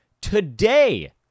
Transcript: today